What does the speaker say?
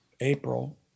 April